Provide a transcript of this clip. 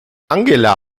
angela